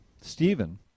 Stephen